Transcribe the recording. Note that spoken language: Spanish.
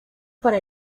para